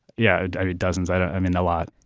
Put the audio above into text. yeah. i read dozens. i mean, a lot.